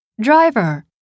Driver